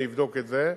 אני אבדוק את זה.